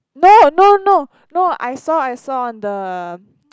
no no no no I saw I saw on the